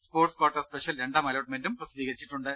sports quota special രണ്ടാം അലോട്ടമെന്റും പ്രസി ദ്ധീകരിച്ചിട്ടുണ്ട്